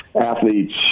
athletes